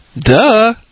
duh